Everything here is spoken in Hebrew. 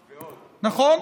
נכון?